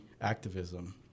activism